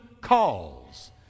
calls